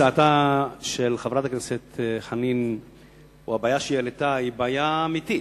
הצעתה של חברת הכנסת חנין או הבעיה שהיא העלתה היא בעיה אמיתית.